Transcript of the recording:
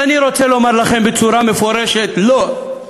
ואני רוצה לומר לכם בצורה מפורשת: לא.